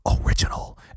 original